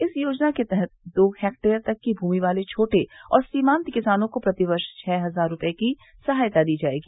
इस योजना के तहत दो हेक्टेयर तक की भूमि वाले छोटे और सीमांत किसानों को प्रतिवर्ष छह हजार रुपये की सहायता दी जाएगी